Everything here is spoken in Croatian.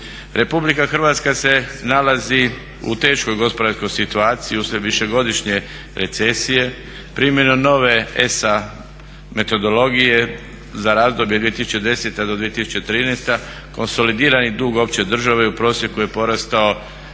Republika Hrvatska se nalazi u teškoj gospodarskoj situaciji uslijed višegodišnje recesije. Primjenom nove ESA metodologije za razdoblje 2010-2013. konsolidirani dug opće države u prosjeku je porastao